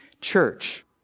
church